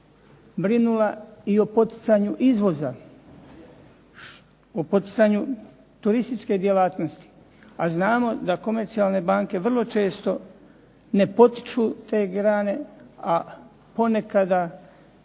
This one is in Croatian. brinula i o poticanju izvoza, o poticanju turističke djelatnosti, a znamo da komercijalne banke vrlo često ne potiču te grane, a ponekada i